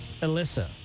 Alyssa